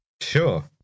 Sure